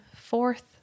fourth